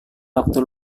waktu